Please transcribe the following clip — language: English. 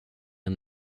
and